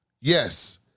yes